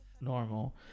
normal